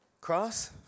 cross